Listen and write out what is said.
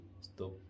stop